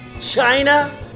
China